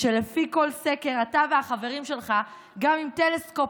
שלפי כל סקר אתה והחברים שלך גם עם טלסקופ